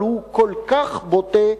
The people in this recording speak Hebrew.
אבל הוא כל כך בוטה,